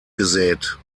gesät